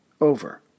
over